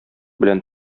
белән